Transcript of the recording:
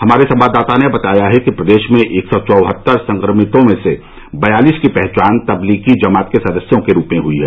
हमारे संवाददाता ने बताया है कि प्रदेश में एक सौ चौहत्तर संक्रमितों में से बयालीस की पहचान तब्लीगी जमात के सदस्यों के रूप में हुई है